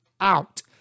out